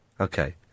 Okay